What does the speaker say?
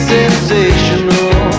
sensational